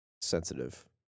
sensitive